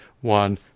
one